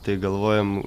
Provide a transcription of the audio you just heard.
tai galvojam